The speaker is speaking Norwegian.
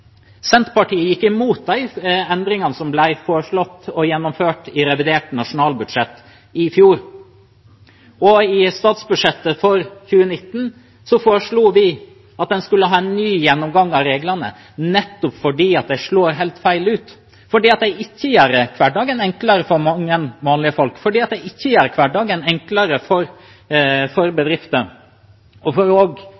Senterpartiet gikk imot de endringene som ble foreslått og gjennomført i revidert nasjonalbudsjett i fjor. I statsbudsjettet for 2019 foreslo vi at en skulle ha en ny gjennomgang av reglene nettopp fordi de slår helt feil ut, fordi de ikke gjør hverdagen enklere for mange vanlige folk, fordi de ikke gjør hverdagen enklere for